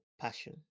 passion